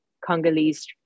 Congolese